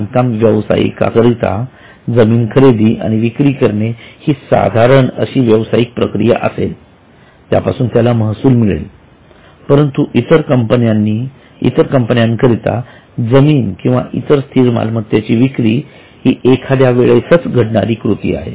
बांधकाम व्यवसायिकका करता जमीन खरेदी आणि विक्री करणे हि साधारण व्यावसायिक प्रक्रिया असेल त्यापासून त्याला महसूल मिळेल परंतु इतर कंपन्यांनी करता जमीन किंवा इतर स्थिर मालमत्तेची विक्री ही एखाद्यावेळेस घडणारी कृती आहे